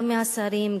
גם מהשרים,